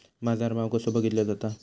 बाजार भाव कसो बघीतलो जाता?